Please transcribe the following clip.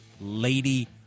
Lady